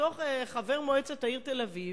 בתור חבר מועצת העיר תל-אביב,